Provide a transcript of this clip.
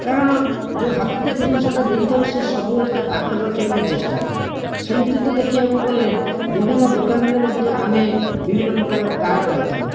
କାରଣ ଯେଉଁ ହାତ ତିଆରି ଜିନିଷଟା ଦେଇଥାଉ ସେ ସବୁବେଳେ ତା ପାଖରେ ରଖିବାପାଇଁ ଚେଷ୍ଟା କରେ ସେମିତି ତ ଦେଖିବାକୁ ଗଲେ ବିଭିନ୍ନ ଦୋକାନରେ ମଧ୍ୟ ଆମେ ବିଭିନ୍ନ ପ୍ରକାର କାର୍ଡ଼ ପାଇଥାଉ